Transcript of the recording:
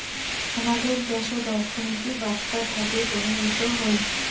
হামাদের দ্যাশোত অর্থনীতি বাঁকটা থাকি প্রভাবিত হই